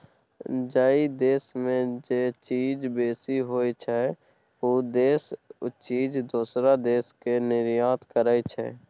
जइ देस में जे चीज बेसी होइ छइ, उ देस उ चीज दोसर देस के निर्यात करइ छइ